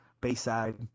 Bayside